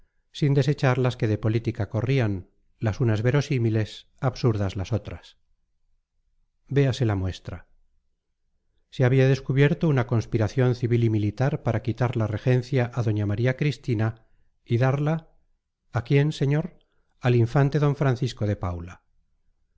sin desechar las que de política corrían las unas verosímiles absurdas las otras véase la muestra se había descubierto una conspiración civil y militar para quitar la regencia a doña maría cristina y darla a quién señor al infante d francisco de paula